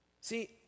See